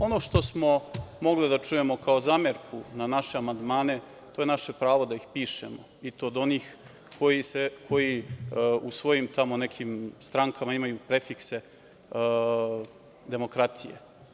Ono što smo mogli da čujemo kao zamerku na naše amandmane, to je naše pravo da ih pišemo, i to od onih koji u svojim tamo nekim strankama imaju prefikse demokratije.